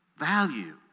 Value